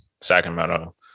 Sacramento